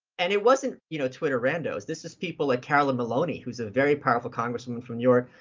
and it wasn't you know twitterandos, this is people like carolyn maloney, who's a very powerful congresswoman from new york,